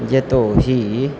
यतो हि